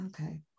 okay